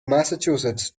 massachusetts